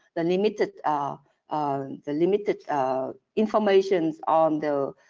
the limited ah um the limited information on the